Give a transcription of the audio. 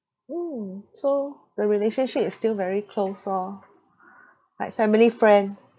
mm so the relationship is still very close orh like family friend